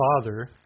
Father